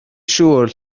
siŵr